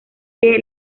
que